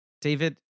david